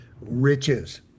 riches